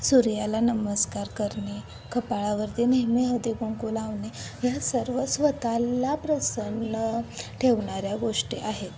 सूर्याला नमस्कार करणे कपाळावरती नेहमी हळदी कुंकू लावणे ह्या सर्व स्वतःला प्रसन्न ठेवणाऱ्या गोष्टी आहेत